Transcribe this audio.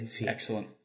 Excellent